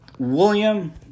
William